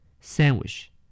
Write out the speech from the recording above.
Sandwich